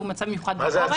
שהוא מצב מיוחד בעורף.